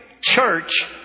church